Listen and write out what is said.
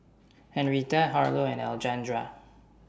Henrietta Harlow and Alejandra